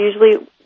usually